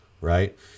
right